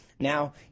Now